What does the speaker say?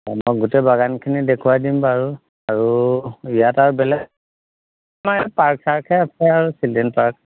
অঁ মই গোটেই বাগানখিনি দেখুৱাই দিম বাৰু আৰু ইয়াত আৰু বেলেগ আমাৰ ইয়াত নাই পাৰ্ক চাৰ্ক হে আছে আৰু চিলড্ৰেন পাৰ্ক